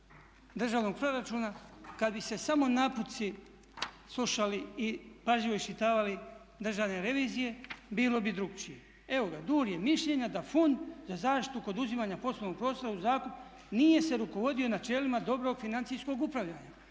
državnog proračuna kad bi se samo naputci slušali i pažljivo iščitavali državne revizije bilo bi drukčije. Evo ga DUR je mišljenja da Fond za zaštitu kod uzimanja poslovnog prostora u zakup nije se rukovodio načelima dobrog financijskog upravljanja.